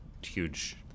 huge